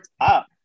up